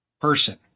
person